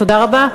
תודה רבה.